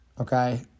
Okay